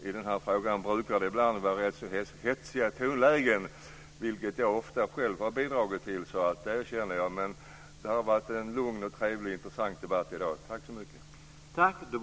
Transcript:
I den här frågan brukar det ibland vara rätt så hetsiga tonlägen - vilket jag ofta själv har bidragit till, det erkänner jag. Men det har varit en lugn, trevlig och intressant debatt i dag. Tack så mycket!